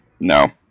No